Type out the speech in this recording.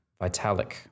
Vitalik